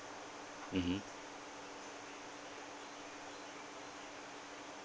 mmhmm